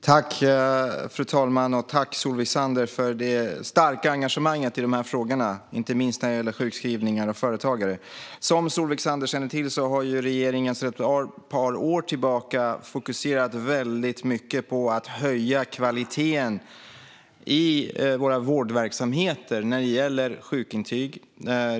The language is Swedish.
Fru talman! Tack, Solveig Zander, för det starka engagemanget i dessa frågor, inte minst när det gäller sjukskrivningar och företagare! Som Solveig Zander känner till har regeringen sedan ett par år tillbaka fokuserat väldigt mycket på att höja kvaliteten i våra vårdverksamheter när det gäller sjukintyg.